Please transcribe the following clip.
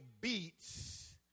beats